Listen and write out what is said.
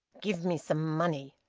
give me some money!